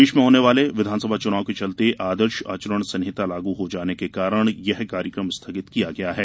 प्रदेश में होने वाले विधानसभा चुनाव के चलते आदर्श आचरण संहिता लागू हो जाने के कारण यह कार्यक्रम स्थगित किया गया है